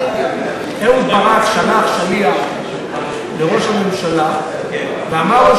אהוד ברק שלח שליח לראש הממשלה ואמר לו,